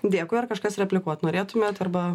dėkui ar kažkas replikuot norėtumėt arba